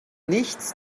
nichts